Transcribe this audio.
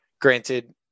Granted